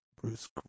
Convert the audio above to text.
Bruce